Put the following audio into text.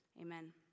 Amen